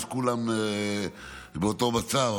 כולם באותו מצב,